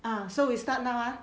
ah so we start now ah